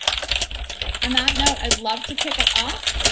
on that note i'd love to kick it off.